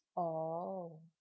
oh